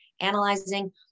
analyzing